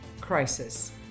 crisis